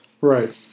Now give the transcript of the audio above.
Right